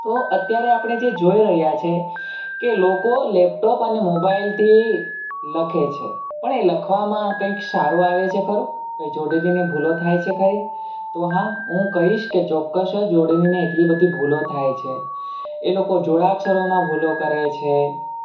તો અત્યારે આપણે જે જોઈ રહ્યા છીએ કે લોકો લેપટોપ અને મોબાઈલથી લખે છે પણ એ લખવામાં કંઈક સારું આવે છે ખરું કંઈ જોડણીની ભૂલો થાય છે ખરી તો હા હું કહીશ કે ચોક્કસ જ જોડણીની એટલી બધી ભૂલો થાય છે એ લોકો જોડાક્ષરોમાં ભૂલો કરે છે